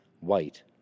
white